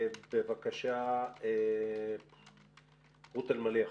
רות אלמליח,